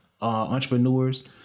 entrepreneurs